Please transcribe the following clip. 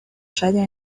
sede